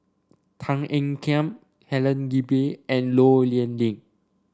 Tan Ean Kiam Helen Gilbey and Low Yen Ling